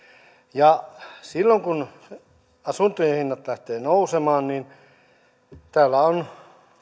ja silloin kun asuntojen hinnat lähtevät nousemaan täällä on